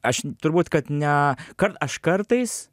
aš turbūt kad ne kar aš kartais